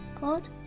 God